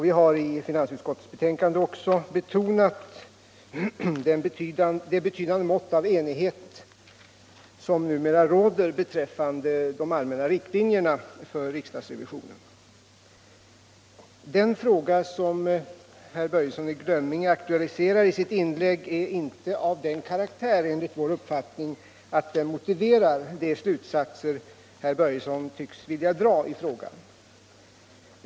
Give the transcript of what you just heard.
Vi har i finansutskottets betänkande också betonat det betydande mått av enighet som numera råder beträffande de allmänna riktlinjerna för riksdagsrevisionen. Den fråga som herr Börjesson aktualiserar i sitt inlägg är enligt vår uppfattning inte av den karaktär att den motiverar de slutsatser herr Börjesson tycks vilja dra i frågan.